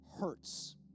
hurts